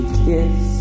kiss